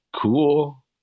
cool